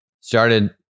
Started